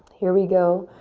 here we go.